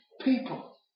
People